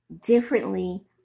differently